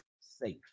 Safe